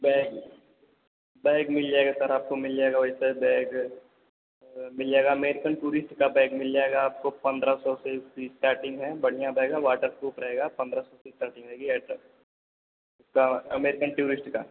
bag bag मिल जाएगा sir आपको मिल जाएगा वही सर बैग मिल जाएगा अमेरिकन टूरिस्ट का बैग मिल जाएगा आपको पन्द्रह सौ से भी इस्टार्टिंग है बढ़ियाँ बैग है वाटर प्रूफ रहेगा पन्द्रह सौ से इस्टार्टिंग रहेगी ऐसा उसका अमेरिकन टूरिस्ट का